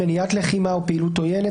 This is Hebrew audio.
למניעת לחימה ופעילות עוינת,